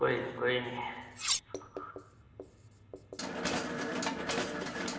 कोई निं कोई निं